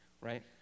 Right